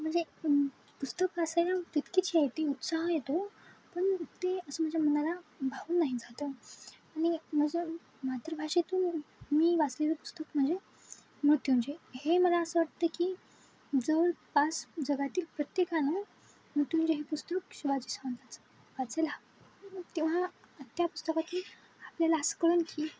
म्हणजे पुस्तक वाचायला तितकीच आहे तर उत्साह येतो पण ते असं माझ्या मनाला भावून नाही जात आणि माझं मातृभाषेतून मी वाचलेले पुस्तक म्हणजे मृत्युंजय हे मला असं वाटतं की जवळपास जगातील प्रत्येकानं मृत्युंजय हे पुस्तक शिवाजी सच वाचायला तेव्हा त्या पुस्तकातील आपल्याला असं कळेल की